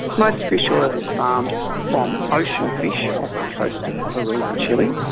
most fish oil is farmed from ocean fish off the coast of peru and chile.